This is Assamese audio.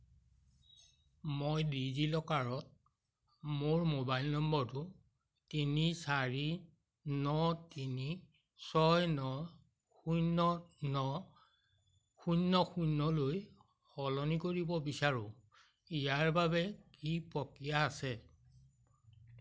মই ডিজিলকাৰত মোৰ মোবাইল নম্বৰটো তিনি চাৰি ন তিনি ছয় ন শূন্য ন শূন্য শূন্যলৈ সলনি কৰিব বিচাৰোঁ ইয়াৰ বাবে কি প্ৰক্ৰিয়া আছে